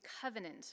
covenant